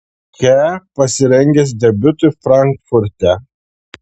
kia pasirengęs debiutui frankfurte